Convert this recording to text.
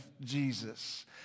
Jesus